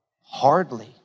hardly